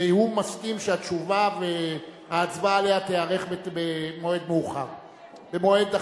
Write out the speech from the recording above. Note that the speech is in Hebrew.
שהוא מסכים שהתשובה וההצבעה עליה יהיו במועד אחר.